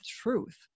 truth